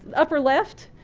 upper left,